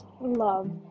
love